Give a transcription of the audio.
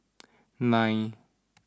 nine